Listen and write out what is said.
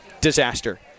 Disaster